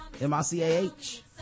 M-I-C-A-H